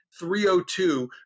302